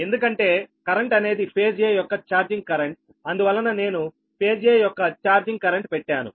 ఎందుకంటే కరెంట్ అనేది phase a యొక్క చార్జింగ్ కరెంటు అందువలన నేను ఫేజ్ a యొక్క చార్జింగ్ కరెంటు పెట్టాను